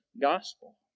gospel